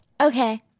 Okay